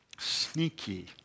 sneaky